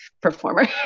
performer